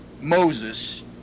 Moses